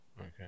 Okay